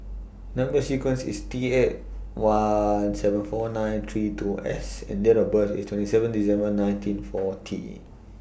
Number sequence IS T eight one seven four nine three two S and Date of birth IS twenty seven December nineteen forty